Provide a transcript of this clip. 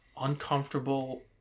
uncomfortable